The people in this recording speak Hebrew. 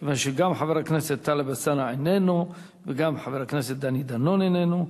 כיוון שגם חבר הכנסת טלב אלסאנע איננו וגם חבר הכנסת דני דנון איננו.